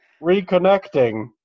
reconnecting